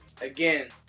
again